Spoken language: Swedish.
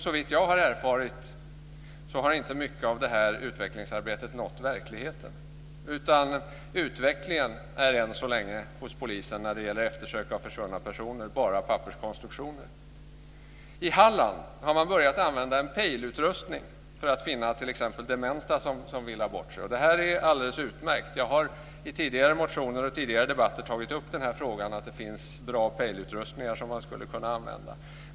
Såvitt jag har erfarit har inte mycket av detta utvecklingsarbete nått verkligheten. Utvecklingen hos polisen är än så länge när det gäller eftersök av försvunna personer bara papperskonstruktioner. I Halland har man börjat använda en pejlutrustning för att finna t.ex. dementa som villat bort sig. Detta är alldeles utmärkt. Jag har i tidigare motioner och debatter tagit upp att det finns bra pejlutrustning som man skulle kunna använda.